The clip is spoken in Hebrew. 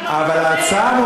לא זה מה שאמר חבר הכנסת זאב.